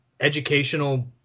educational